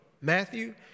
Matthew